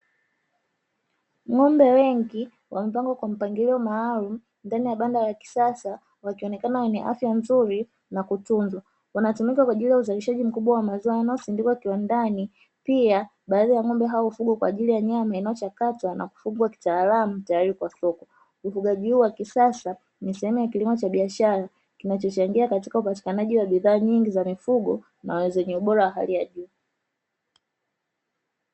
Ng'ombe wengi wamepangwa kwa mpangilio maalumu ndani ya banda la kisasa wakionekana wenye afya nzuri na kutunzwa, wanatumika kwa ajili ya uzalishaji mkubwa wa maziwa yanayosindikiwa kiwandani pia baadhi ya ng'ombe hao ufugwa kwa ajili ya nyama inayochakatwa na kufungwa kitaalamu tayari kwa soko, ufugaji huu wa kisasa ni sehemu ya kilimo cha biashara kinachochangia katika upatikanaji wa bidhaa nyingi za mifugo na zenye ubora wa hali ya juu.